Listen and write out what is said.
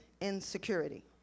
insecurity